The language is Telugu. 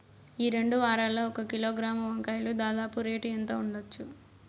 ఈ రెండు వారాల్లో ఒక కిలోగ్రాము వంకాయలు దాదాపు రేటు ఎంత ఉండచ్చు?